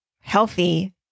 healthy